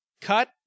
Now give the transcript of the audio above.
cut